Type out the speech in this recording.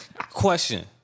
question